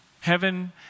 Heaven